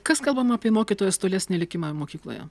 kas kalbama apie mokytojos tolesnį likimą mokykloje